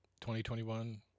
2021